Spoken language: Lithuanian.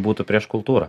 būtų prieš kultūrą